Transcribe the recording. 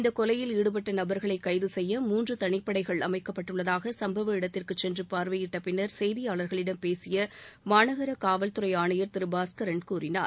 இந்தக் கொலையில் ஈடுபட்ட நபர்களை கைது செய்ய மூன்று தனிப்படகள் அமைக்கப்பட்டுள்ளதாக சும்பவ இடத்திற்கு சென்று பார்வையிட்ட பின்னர் செய்தியாளர்களிடம் பேசிய மாநகர காவல்துறை ஆணையர் பாஸ்கரன் கூறினார்